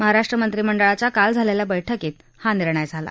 महाराष्ट्र मंत्रिमंडळाच्या काल झालेल्या बैठकीत हा निर्णय झाला